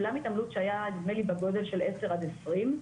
נדמה לי שהיה בגודל של עשר על עשרים,